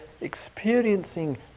experiencing